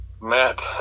matt